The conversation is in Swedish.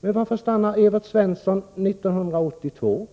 Men varför stannade Evert Svensson vid 1982?